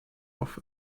off